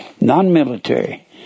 Non-military